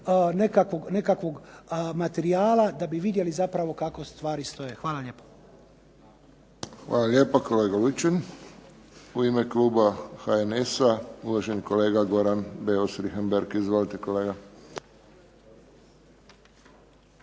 nekakvog materijala da bi vidjeli zapravo kako stvari stoje. Hvala lijepo. **Friščić, Josip (HSS)** Hvala lijepo kolega Lučin. U ime kluba HNS-a uvaženi kolega Goran Beus Richembergh. Izvolite kolega.